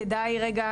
כדאי רגע,